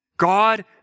God